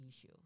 issue